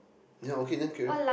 ya then okay carry on